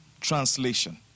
Translation